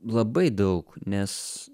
labai daug nes